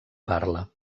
parla